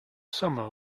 summer